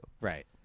Right